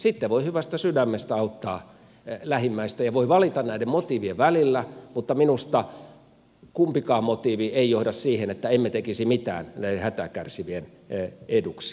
sitten voi hyvästä sydämestä auttaa lähimmäistä ja voi valita näiden motiivien välillä mutta minusta kumpikaan motiivi ei johda siihen että emme tekisi mitään näiden hätää kärsivien eduksi ja hyväksi